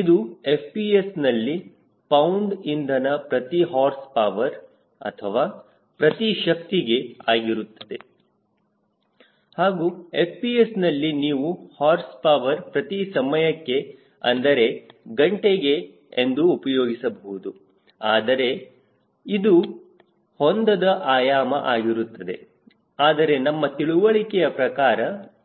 ಇದು FPS ನಲ್ಲಿ pound ಇಂಧನ ಪ್ರತಿ ಹಾರ್ಸ್ ಪವರ್ ಅಥವಾ ಪ್ರತಿ ಶಕ್ತಿಗೆ ಆಗಿರುತ್ತದೆ ಹಾಗೂ FPS ನಲ್ಲಿ ನೀವು ಹಾರ್ಸ್ ಪವರ್ ಪ್ರತಿ ಸಮಯಕ್ಕೆ ಅಂದರೆ ಗಂಟೆಗೆ ಎಂದು ಉಪಯೋಗಿಸಬಹುದು ಆದರೆ ಇದು ಹೊಂದದ ಆಯಾಮ ಆಗಿರುತ್ತದೆ ಆದರೆ ನಮ್ಮ ತಿಳುವಳಿಕೆಯ ಪ್ರಕಾರ